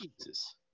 Jesus